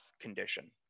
condition